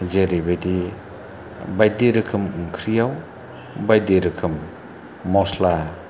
जेरैबायदि बायदि रोखोम ओंख्रियाव बायदि रोखोम मस्ला